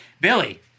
Billy